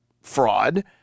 fraud